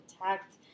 attacked